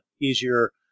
easier